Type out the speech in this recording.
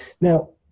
Now